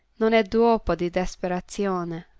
non e d'uopo di desperazione.